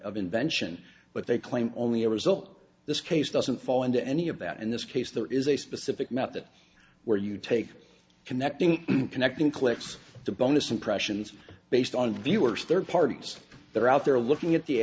of invention but they claim only a result this case doesn't fall into any of that in this case there is a specific method where you take connecting connecting clicks to bonus impressions based on viewers third parties that are out there looking at the